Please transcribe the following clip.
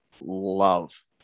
love